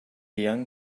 young